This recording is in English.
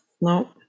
no